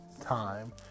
time